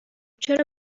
چرا